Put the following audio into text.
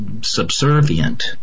subservient